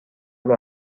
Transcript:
راه